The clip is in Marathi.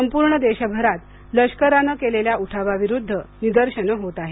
संपूर्ण देशभरात लष्कराने केलेल्या उठावाविरुद्ध निदर्शने होत आहेत